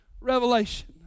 revelation